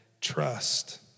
trust